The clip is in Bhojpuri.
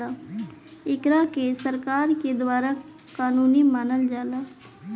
एकरा के सरकार के द्वारा कानूनी मानल जाला